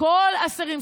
כל השרים,